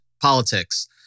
politics